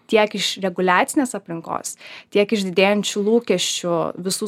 tiek iš reguliacinės aplinkos tiek iš didėjančių lūkesčių visų